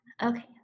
Okay